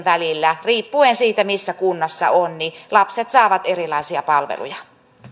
välillä riippuen siitä missä kunnassa ovat lapset saavat erilaisia palveluja